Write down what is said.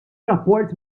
rapport